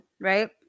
right